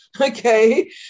okay